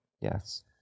Yes